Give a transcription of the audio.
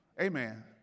Amen